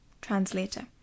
translator